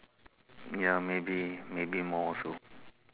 ya maybe maybe more also